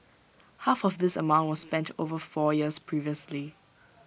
half of this amount was spent over four years previously